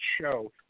show